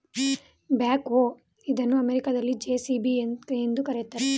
back ಹೋ ಇದನ್ನು ಅಮೆರಿಕದಲ್ಲಿ ಜೆ.ಸಿ.ಬಿ ಎಂದು ಕರಿತಾರೆ